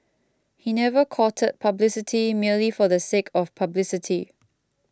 he never courted publicity merely for the sake of publicity